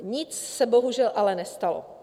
Nic se bohužel ale nestalo.